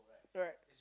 right